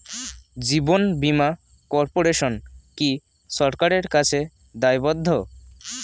জীবন বীমা কর্পোরেশন কি সরকারের কাছে দায়বদ্ধ?